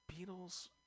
Beatles